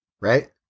Right